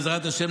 בעזרת השם,